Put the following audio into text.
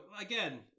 again